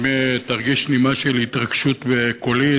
אם תרגיש נימה של התרגשות בקולי,